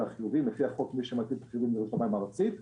לפי החוק, מי שמטיל חיובים זו רשות המים הארצית.